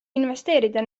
investeerida